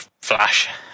Flash